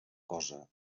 cosa